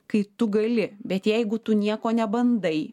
kai tu gali bet jeigu tu nieko nebandai